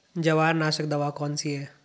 जवार नाशक दवा कौन सी है?